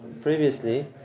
previously